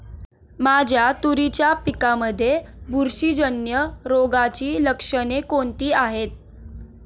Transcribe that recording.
माझ्या तुरीच्या पिकामध्ये बुरशीजन्य रोगाची लक्षणे कोणती आहेत?